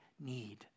need